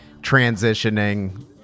transitioning